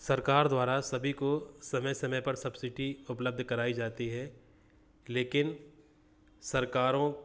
सरकार द्वारा सभी को समय समय पर सब्सिडी उपलब्ध कराई जाती है लेकिन सरकारों